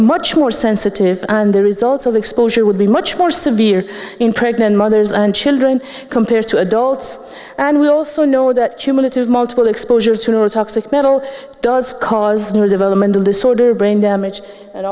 much more sensitive and the result of exposure would be much more severe in pregnant mothers and children compared to adults and we also know that humanity has multiple exposure to or toxic metal does cause new developmental disorder brain damage